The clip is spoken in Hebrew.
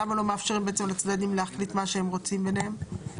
למה לא מאפשרים בעצם לצדדים להחליט מה שהם רוצים ביניהם?